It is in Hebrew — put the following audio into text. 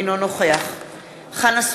אינו נוכח חנא סוייד,